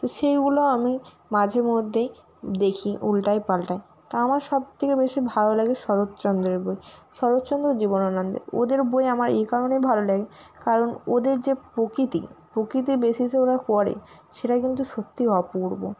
তো সেইগুলো আমি মাঝেমধ্যেই দেখি উল্টাই পাল্টাই তো আমার সবথেকে বেশি ভালো লাগে শরৎচন্দ্রের বই শরৎচন্দ্র জীবনানন্দের ওদের বই আমার এই কারণেই ভালো লাগে কারণ ওদের যে প্রকৃতি প্রকৃতি বেসিসে ওরা করে সেটা কিন্তু সত্যিই অপূর্ব